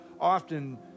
often